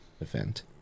event